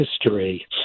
history